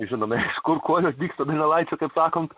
žinome kur kojos dygsta donelaičio taip sakant